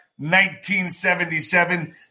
1977